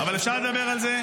אבל אפשר לדבר על זה.